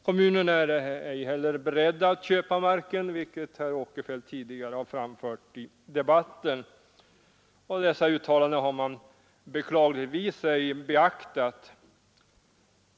Kommunen är heller inte beredd att köpa marken. Det framhöll också herr Åkerfeldt tidigare i debatten. Dessa uttalanden har man beklagligtvis inte beaktat.